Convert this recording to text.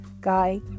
guy